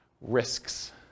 Risks